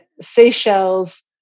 Seychelles